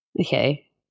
Okay